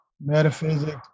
metaphysics